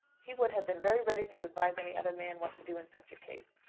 he would have been very ready to advise any other man what to do in such a case.